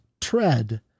tread